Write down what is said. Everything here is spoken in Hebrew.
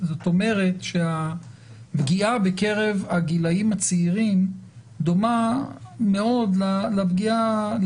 זאת אומרת שהפגיעה בקרב הגילאים הצעירים דומה מאוד לפגיעה,